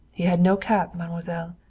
he had no cap, mademoiselle.